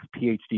PhD